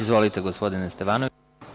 Izvolite, gospodine Stevanoviću.